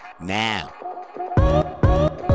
now